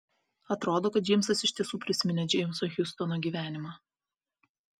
atrodo kad džeimsas iš tiesų prisiminė džeimso hiustono gyvenimą